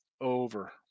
over